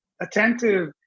attentive